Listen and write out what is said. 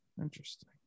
Interesting